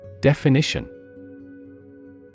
Definition